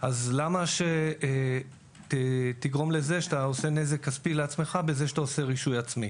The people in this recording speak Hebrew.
אז למה שתגרום לעצמך נזק כספי בזה שאתה עושה רישוי עצמי?